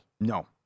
No